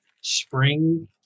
spring